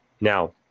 Now